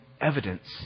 evidence